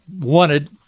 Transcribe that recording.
wanted